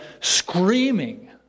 screaming